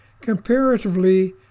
Comparatively